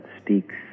speaks